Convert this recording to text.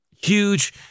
huge